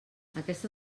aquesta